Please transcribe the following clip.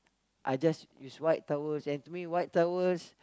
I just use white towels and three white towels